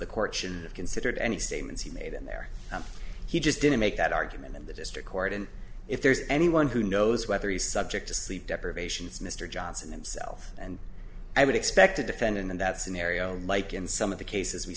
the courts in the considered any statements he made in there he just didn't make that argument in the district court and if there's anyone who knows whether he's subject to sleep deprivation it's mr johnson himself and i would expect a defendant in that scenario like in some of the cases we